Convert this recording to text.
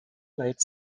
late